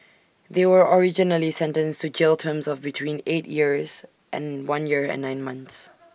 they were originally sentenced to jail terms of between eight years and one year and nine months